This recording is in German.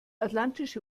atlantische